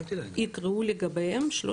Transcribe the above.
מה